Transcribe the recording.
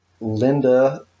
Linda